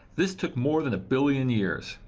this took more than a billion years.